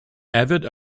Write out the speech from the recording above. avid